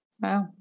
Wow